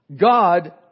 God